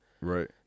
Right